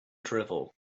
drivel